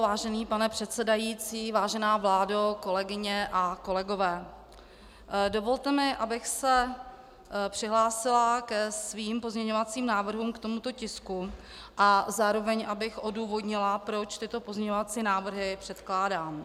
Vážený pane předsedající, vážená vládo, kolegyně a kolegové, dovolte mi, abych se přihlásila ke svým pozměňovacím návrhům k tomuto tisku a zároveň abych odůvodnila, proč tyto pozměňovací návrhy předkládám.